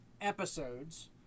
episodes